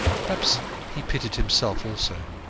perhaps he pitied himself also.